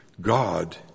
God